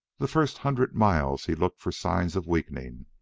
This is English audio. the first hundred miles he looked for signs of weakening,